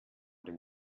den